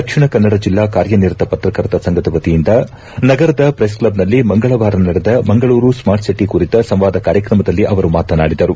ದಕ್ಷಿಣ ಕನ್ನಡ ಜಿಲ್ಲಾ ಕಾರ್ಯನಿತರ ಪತ್ರಕರ್ತರ ಸಂಫದ ವತಿಯಿಂದ ನಗರದ ಶ್ರೆಸ್ಕ್ಲದ್ನಲ್ಲಿ ಮಂಗಳವಾರ ನಡೆದ ಮಂಗಳೂರು ಸ್ನಾರ್ಟ್ ಸಿಟಿ ಕುರಿತ ಸಂವಾದ ಕಾರ್ಯಕ್ರಮದಲ್ಲಿ ಅವರು ಮಾತನಾಡಿದರು